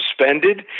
suspended